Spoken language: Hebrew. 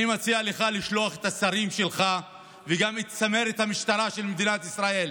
אני מציע לך לשלוח את השרים שלך וגם את צמרת המשטרה של מדינת ישראל,